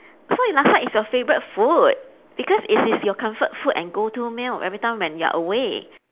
so is laksa is your favourite food because it is your comfort food and go-to meal every time when you're away